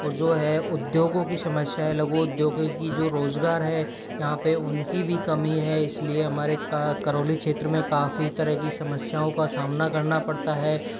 और जो है उद्योगों की समस्या है लघु उद्योगों की जो रोज़गार है यहाँ पे उनकी भी कमी है इसलिए हमारे क करौली क्षेत्र में काफ़ी तरह की समस्याओं का सामना करना पड़ता है